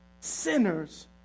sinners